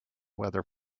weather